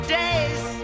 days